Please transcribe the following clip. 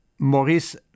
Maurice